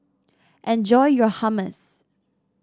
enjoy your Hummus